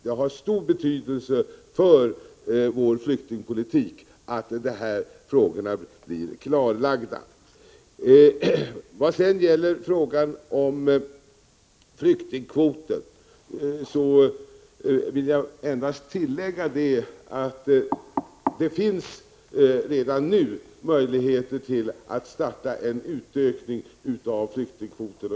Det har stor betydelse för vår flyktingpolitik att dessa frågor blir klarlagda. Vad sedan gäller frågan om flyktingkvoten vill jag endast tillägga att det redan nu finns möjligheter att påbörja en utökning av flyktingkvoten.